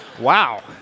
Wow